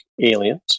aliens